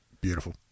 Beautiful